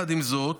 עם זאת,